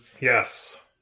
Yes